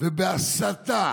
ובהסתה